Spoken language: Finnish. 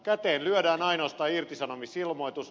käteen lyödään ainoastaan irtisanomisilmoitus